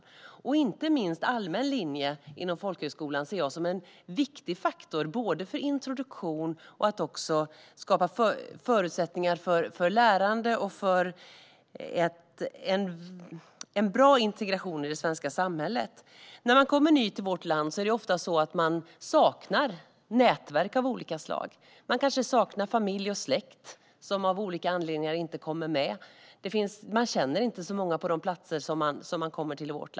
Jag ser inte minst allmän linje inom folkhögskolan som en viktig faktor både för introduktion och för att skapa förutsättningar för lärande och en bra integration i det svenska samhället. När man kommer ny till vårt land saknar man ofta nätverk av olika slag. Man kanske saknar familj och släkt, som av olika anledningar inte kommer med, och man känner inte så många på de platser man kommer till.